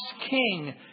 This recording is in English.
king